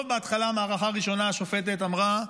טוב, בהתחלה, מערכה ראשונה, השופטת אמרה,